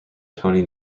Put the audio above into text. tony